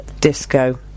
disco